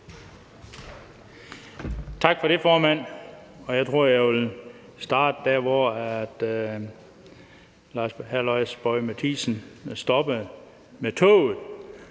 Tak for det, formand. Jeg tror, jeg vil starte der, hvor hr. Lars Boje Mathiesen stoppede,